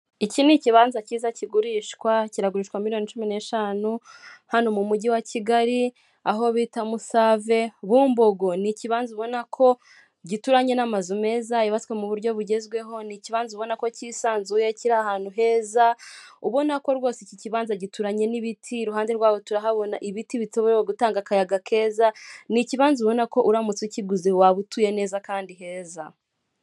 Iki ni ikibanza cyiza kigurishwa, kiragurishwa miliyoni cumi n'eshanu, hano mu mujyi wa Kigali, aho bita Musave, Bumbogo. Ni ikibanza ubona ko gituranye n'amazu meza, yubatswe mu buryo bugezweho, ni ikibanza ubona ko kisanzuye, kiri ahantu heza, ubona ko rwose iki kibanza gituranye n'ibiti, iruhande rwaho turahabona ibiti biterewe gutanga akayaga keza, ni ikibanza ubona ko uramutse ukiguze waba utuye neza kandi heza.